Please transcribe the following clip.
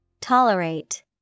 Tolerate